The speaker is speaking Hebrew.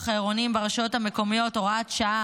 העירוניים ברשויות המקומיות (הוראת שעה),